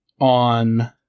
on